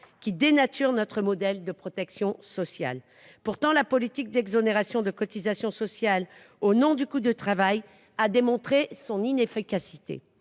et dénaturent notre modèle de protection sociale. Pourtant, la politique d’exonération de cotisations sociales, justifiée par le « coût du travail », a démontré son inefficacité.